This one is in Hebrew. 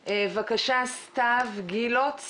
בבקשה, סתיו גילוץ